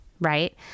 right